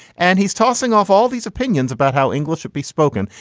and he's tossing off all these opinions about how english should be spoken.